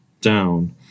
Down